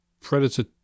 predator